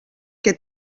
que